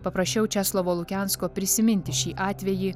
paprašiau česlovo lukensko prisiminti šį atvejį